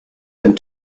and